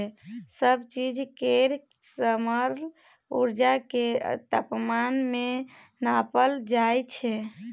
सब चीज केर थर्मल उर्जा केँ तापमान मे नाँपल जाइ छै